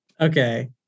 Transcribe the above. Okay